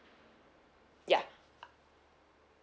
ya